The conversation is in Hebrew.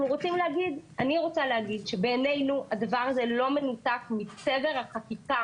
אני רוצה להגיד שלדעתנו הדבר הזה לא מנותק מצבר החקיקה